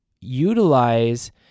utilize